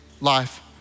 life